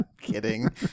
Kidding